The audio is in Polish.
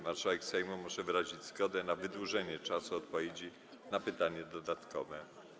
Marszałek Sejmu może wyrazić zgodę na wydłużenie czasu odpowiedzi na pytanie dodatkowe.